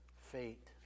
fate